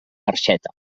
barxeta